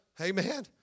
Amen